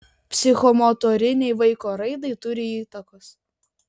psichomotorinei vaiko raidai turi įtakos